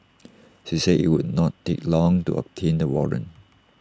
she said IT would not take long to obtain the warrant